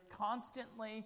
constantly